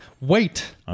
Wait